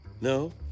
No